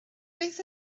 beth